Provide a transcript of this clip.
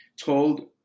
told